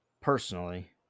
personally